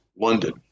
London